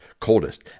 coldest